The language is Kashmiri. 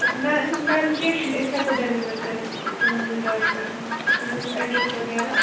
اَدٕ میم میم کیٚنٛہہ چھُنہٕ أسۍ ہیٚکو ڈیٚلِوَر کٔرِتھ تُہٕنٛزِ جایہِ پٮ۪ٹھ تُہۍ ؤنِو ایٚڈرَس وغیرہ